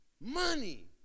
money